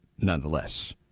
nonetheless